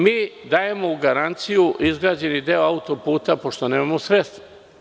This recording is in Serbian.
Mi dajemo u garanciju izgrađeni deo autoputa, pošto nemamo sredstva.